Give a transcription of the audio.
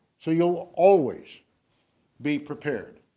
so you'll always be prepared.